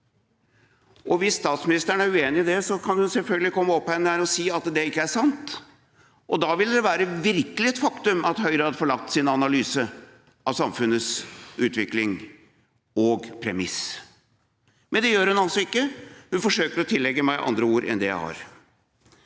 Hvis statsministeren er uenig i det, kan hun selvfølgelig komme opp hit igjen og si at det ikke er sant, og da vil det virkelig være et faktum at Høyre har forlatt sin analyse av samfunnets utvikling og premiss. Men det gjør hun altså ikke, hun forsøker å tillegge meg andre ord enn dem jeg har.